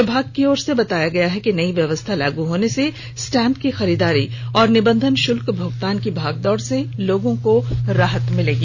विभाग की ओर से बताया गया है कि नई व्यवस्था लागू होने से स्टाम्प की खरीदारी और निबंधन शुल्क भुगतान की भागदौड़ से लोगों को राहत मिलेगी